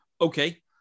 Okay